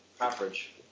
average